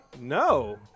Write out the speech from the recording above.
No